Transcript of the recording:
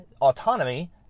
autonomy